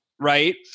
right